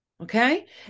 Okay